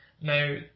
now